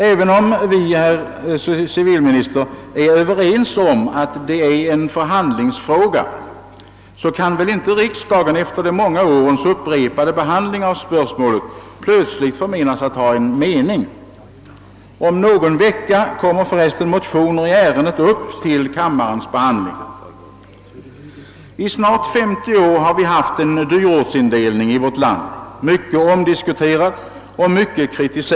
Även om vi, herr civilminister, är överens om att det är en förhandlingsfråga, kan väl inte riksdagen efter de många årens upprepade behandling av spörsmålet plötsligt förmenas att ha en åsikt. Om någon vecka kommer för resten motioner i ärendet upp till kammarens behandling. Vi har i vårt land i snart femtio år haft en dyrortsindelning, vilken varit mycket omdiskuterad och mycket kritiserad.